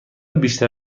بیشتر